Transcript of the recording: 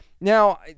now